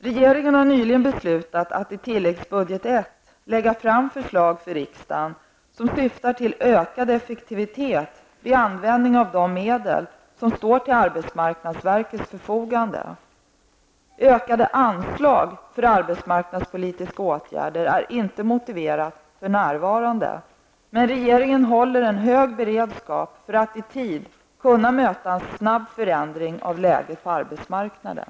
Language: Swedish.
Regeringen har nyligen beslutat att i tilläggsbudget 1 lägga fram förslag för riksdagen, som syftar till ökad effektivitet vid användningen av de medel som står till arbetsmarknadsverkets förfogande. Ökade anslag för arbetsmarknadspolitiska åtgärder är inte motiverade för närvarande. Men regeringen håller en hög beredskap för att i tid kunna möta en snabb förändring av läget på arbetsmarknaden.